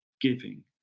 giving